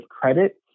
credit